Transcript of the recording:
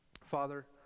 Father